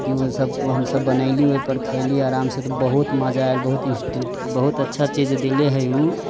की ओसभ हमसभ बनयली ओहिपर खयली आरामसँ तऽ बहुत मजा आयल बहुत बहुत अच्छा चीज देले हइ ओ